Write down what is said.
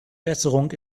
besserung